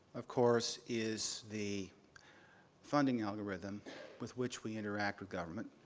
of course, is the funding algorithm with which we interact with government,